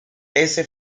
ese